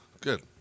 Good